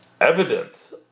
evident